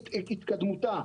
והתקדמותה,